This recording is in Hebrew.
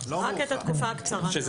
חייב להיות עונש של